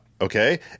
okay